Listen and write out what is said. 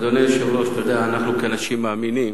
אדוני היושב-ראש, אתה יודע, אנחנו כאנשים מאמינים